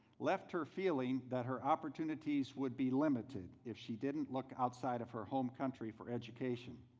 left her feeling that her opportunities would be limited if she didn't look outside of her home country for education.